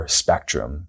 spectrum